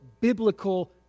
biblical